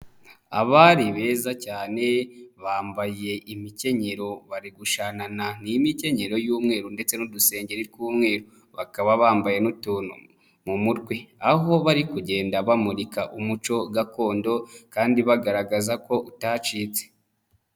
Abari beza cyane bambaye imikenyero bari gushanana, ni imikenyero y'umweru ndetse n'udusengeri tw'umweru bakaba bambaye n'utuntu mu mutwe aho bari kugenda bamurika umuco gakondo kandi bagaragaza ko utacitse.